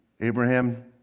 Abraham